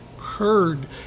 heard